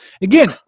Again